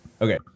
Okay